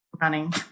Running